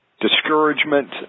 discouragement